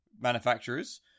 manufacturers